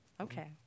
Okay